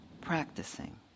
practicing